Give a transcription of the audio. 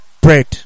bread